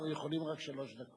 לא, יכולים רק שלוש דקות.